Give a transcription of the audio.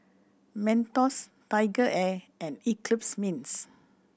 Mentos Tiger Air and Eclipse Mints